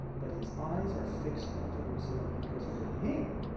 but his eyes are fixed on jerusalem. because for him,